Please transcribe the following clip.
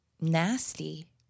nasty